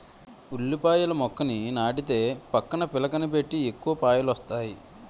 ఉల్లిపాయల మొక్కని నాటితే పక్కన పిలకలని పెట్టి ఎక్కువ పాయలొస్తాయి